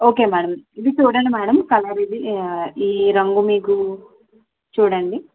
okay madam ఇది చూడండి madam కలరిది ఈ రంగు మీకు చూడండి